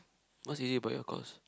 what's unique about your course